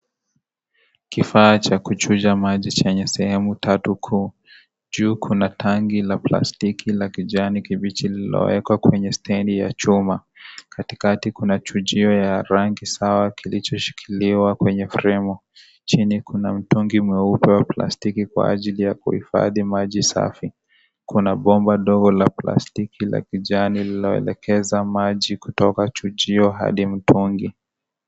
Kifaa cha kuchuja maji chenye sehemu tatu kuu. Juu kuna tangi la plastiki la kijani kibichi lililowekwa kwenye stendi ya chuma. Katikati kuna chujio ya rangi sawa kilichoshikiliwa kwenye fremu. Chini kuna mtungi mweupe wa plastiki kwa ajili ya kuhifadhi maji safi. Kuna bomba dogo la plastiki la kijani lililoelekeza maji kutoka chujio hadi mtungi.